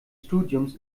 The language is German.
studiums